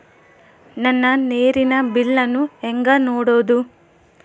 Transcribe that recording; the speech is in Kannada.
ನನ್ನ ನೇರಿನ ಬಿಲ್ಲನ್ನು ಹೆಂಗ ನೋಡದು?